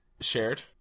shared